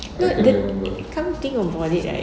no the come to think about it right